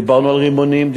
דיברנו על רימונים,